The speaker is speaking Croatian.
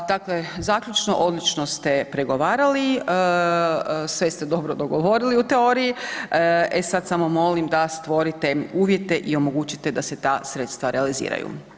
Dakle zaključno, odlično ste pregovarali, sve ste dobro dogovorili u teoriji, e sad samo molim da stvorite uvjete i omogućite da se ta sredstva realiziraju.